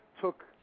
took